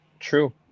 True